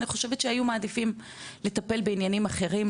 אני חושבת שהיו מעדיפים לטפל בעניינים אחרים,